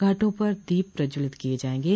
घाटों पर दीप प्रज्ज्वलित किये जायेगे